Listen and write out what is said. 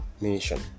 nation